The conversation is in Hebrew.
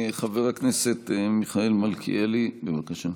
חבר הכנסת מיכאל מלכיאלי, בבקשה.